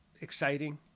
exciting